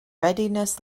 readiness